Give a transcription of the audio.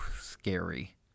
scary